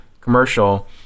commercial